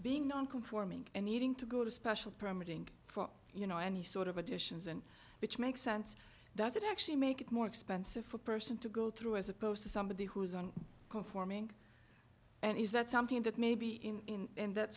being non conforming and needing to go to special permitting for you know any sort of additions and which makes sense doesn't actually make it more expensive for person to go through as opposed to somebody who's on conforming and is that something that may be in and that